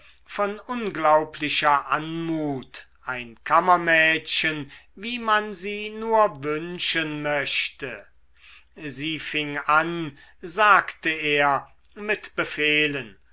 von unglaublicher anmut ein kammermädchen wie man sie nur wünschen möchte sie fing an sagte er mit befehlen